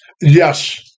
Yes